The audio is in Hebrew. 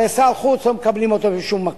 הרי את שר החוץ לא מקבלים בשום מקום,